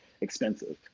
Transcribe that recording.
expensive